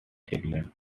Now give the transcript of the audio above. children